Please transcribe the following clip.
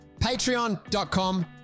patreon.com